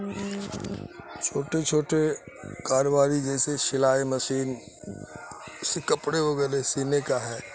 چھوٹے چھوٹے کاروباری جیسے سلائی مشین اس سے کپڑے وغیرہ سینے کا ہے